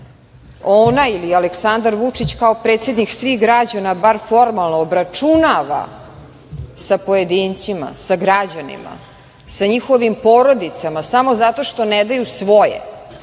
ona ili Aleksandar Vučić, kao predsednik svih građana, bar formalno obračunava sa pojedincima, sa građanima, sa njihovim porodicama samo zato što ne daju svoje,